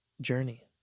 journey